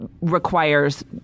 requires